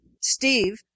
Steve